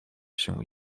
się